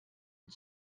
und